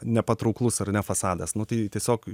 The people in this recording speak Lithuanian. nepatrauklus ar ne fasadas nu tai tiesiog